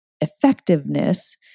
effectiveness